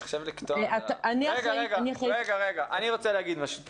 אני אחראית --- רגע, רגע, אני רוצה להגיד משהו.